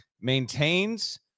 Maintains